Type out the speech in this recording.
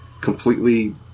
completely